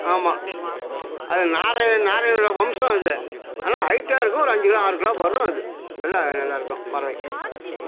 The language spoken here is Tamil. ஆமாம் அது நாரை நாரையோடய வம்சம் அது ஆனால் ஐட்டாக இருக்கும் ஒரு அஞ்சு கிலோ ஆறு கிலோ வரும் அது நல்லா நல்லாயிருக்கும் பறவை